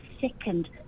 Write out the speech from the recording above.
second